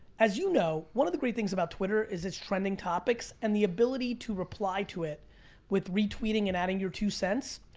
as you know, one of the great things about twitter is its trending topics and the ability to reply to it with re-tweeting and adding your two cents.